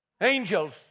angels